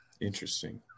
Interesting